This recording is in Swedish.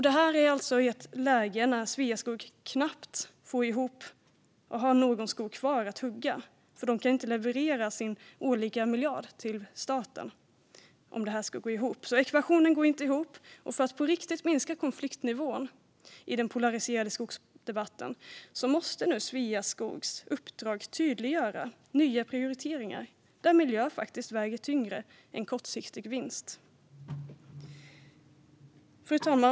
Detta är alltså i ett läge när Sveaskog knappt har någon skog kvar att hugga. De kan inte leverera sin årliga miljard till staten om det här ska gå ihop. Ekvationen går inte ihop. För att på riktigt minska konfliktnivån i den polariserade skogsdebatten måste nu Sveaskogs uppdrag tydliggöra nya prioriteringar där miljö väger tyngre än kortsiktig vinst. Fru talman!